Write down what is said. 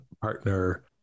partner